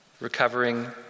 Recovering